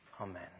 Amen